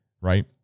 right